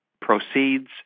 proceeds